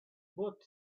both